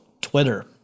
Twitter